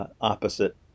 opposite